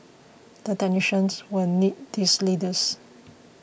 the technicians will need these leaders